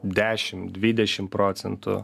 dešim dvidešim procentų